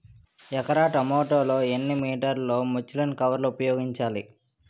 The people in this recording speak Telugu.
ఎకర టొమాటో లో ఎన్ని మీటర్ లో ముచ్లిన్ కవర్ ఉపయోగిస్తారు?